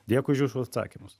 dėkui už jūsų atsakymus